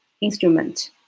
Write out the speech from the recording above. instrument